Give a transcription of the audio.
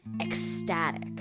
ecstatic